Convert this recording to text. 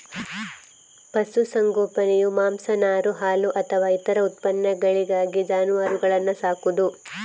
ಪಶು ಸಂಗೋಪನೆಯು ಮಾಂಸ, ನಾರು, ಹಾಲು ಅಥವಾ ಇತರ ಉತ್ಪನ್ನಗಳಿಗಾಗಿ ಜಾನುವಾರುಗಳನ್ನ ಸಾಕುದು